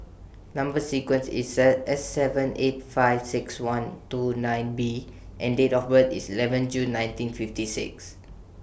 Number sequence IS S seven eight five six one two nine B and Date of birth IS eleven June nineteen fifty six